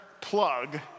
plug